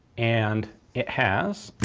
and it has,